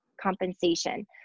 compensation